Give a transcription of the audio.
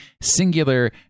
singular